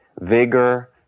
vigor